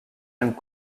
and